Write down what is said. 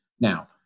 now